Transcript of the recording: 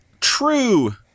True